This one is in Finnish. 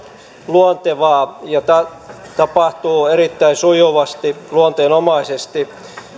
luontevaa ja tapahtuu erittäin sujuvasti luonteenomaisesti